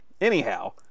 anyhow